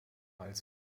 als